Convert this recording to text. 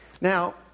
Now